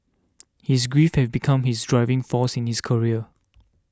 his grief had become his driving force in his career